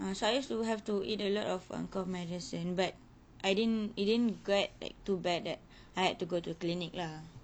ah I used to have to eat a lot of um cough medicine but I didn't it didn't get like too bad that I had to go to clinic lah